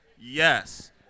yes